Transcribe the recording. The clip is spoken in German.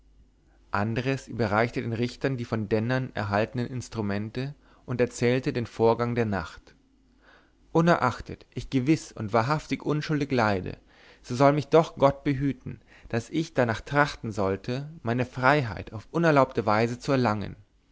andres überreichte den richtern die von dennern erhaltenen instrumente und erzählte den vorgang der nacht unerachtet ich gewiß und wahrhaftig unschuldig leide so soll mich doch gott behüten daß ich darnach trachten sollte meine freiheit auf unerlaubte weise zu erlangen